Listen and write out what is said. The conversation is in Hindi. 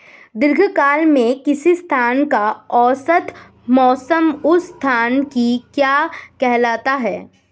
दीर्घकाल में किसी स्थान का औसत मौसम उस स्थान की क्या कहलाता है?